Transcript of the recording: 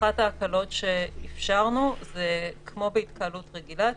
אחת ההקלות שאפשרנו - כמו בהתקהלות רגילה,